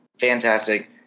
Fantastic